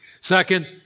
Second